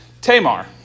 Tamar